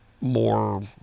more